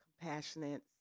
compassionate